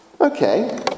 Okay